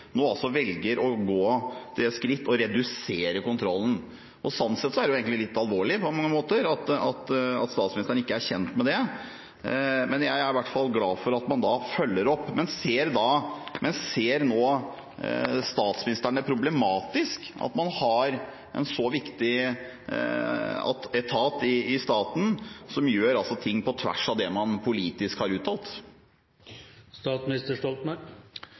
nå velger å gå til det skritt å redusere kontrollen. Slik sett er det egentlig litt alvorlig på mange måter at statsministeren ikke er kjent med det. Jeg er i hvert fall glad for at man følger opp. Men ser statsministeren det som problematisk at man har en så viktig etat i staten som gjør ting på tvers av det man politisk har